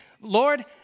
Lord